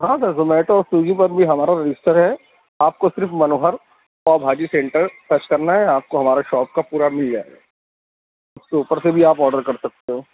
ہاں سر زومیٹو سویگی پر بھی ہمارا رجسٹر ہے آپ کو صرف منوہر پاؤ بھاجی سینٹر سرچ کرنا ہے آپ کو ہمارے شاپ کا پورا مل جائے گا اس کے اوپر سے بھی آپ آڈر کر سکتے ہو